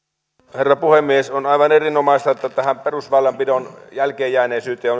herra puhemies on aivan erinomaista että tähän perusväylänpidon jälkeenjääneisyyteen